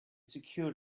secured